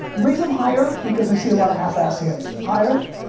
raise them higher, because i see a lot of half assed hands, higher.